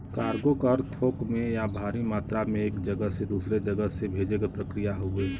cargo क अर्थ थोक में या भारी मात्रा में एक जगह से दूसरे जगह से भेजे क प्रक्रिया हउवे